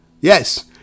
Yes